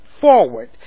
forward